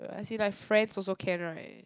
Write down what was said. uh as in like friends also can right